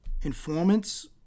informants